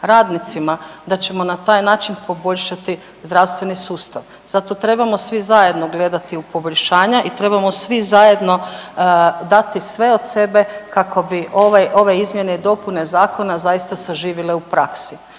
radnicima da ćemo na taj način poboljšati zdravstveni sustav. Zato trebamo svi zajedno gledati u poboljšanja i trebamo svi zajedno dati sve od sebe kako bi ove izmjene i dopune zakona zaista zaživile u praksi.